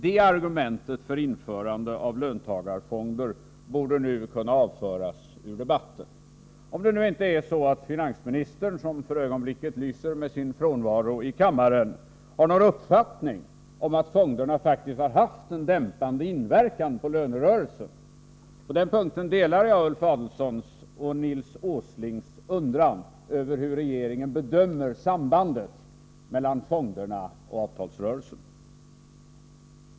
Det argumentet för införande av löntagarfonder borde nu kunna avföras ur debatten — om det nu inte är så att finansministern, som SR : G z Vid remiss av för Ssonplicket lyger med sin frånvaro i kammaren, har flgon iöpplattning att kompletteringsproredovisa, innebärande att fonderna faktiskt har haft en dämpande inverkan positionen på lönerörelsen. På den punkten delar jag Ulf Adelsohns och Nils Åslings undran i vad gäller hur regeringen bedömer sambandet mellan fonderna och avtalsrörelsen.